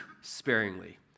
sparingly